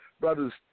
brothers